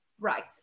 right